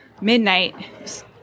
midnight